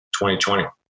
2020